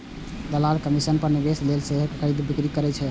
दलाल कमीशन पर निवेशक लेल शेयरक खरीद, बिक्री करै छै